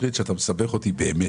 למשרד הבריאות הוסיפו 2 מיליארד